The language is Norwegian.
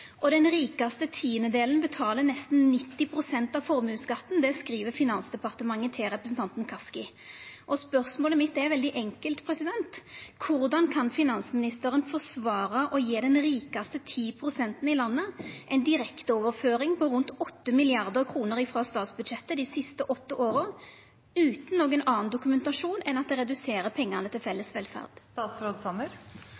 Den rikaste tiandedelen betalar nesten 90 pst. av formuesskatten. Det skriv Finansdepartementet til representanten Kaski. Spørsmålet mitt er veldig enkelt: Korleis kan finansministeren forsvara at ein har gjeve dei rikaste ti prosentane i landet ei direkteoverføring på rundt 8 mrd. kr frå statsbudsjettet dei siste åtte åra, utan nokon annan dokumentasjon enn at det reduserer pengane til